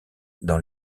dans